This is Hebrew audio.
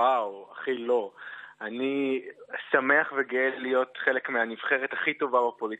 ואני ראיתי את התכנון המפורט.